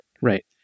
Right